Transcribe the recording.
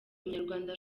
munyarwanda